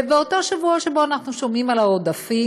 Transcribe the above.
ובאותו שבוע שבו אנחנו שומעים על העודפים,